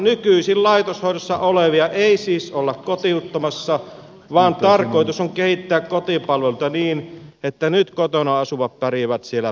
nykyisin laitoshoidossa olevia ei siis olla kotiuttamassa vaan tarkoitus on kehittää kotipalveluita niin että nyt kotona asuvat pärjäävät siellä pidempään